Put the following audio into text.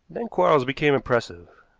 then quarles became impressive.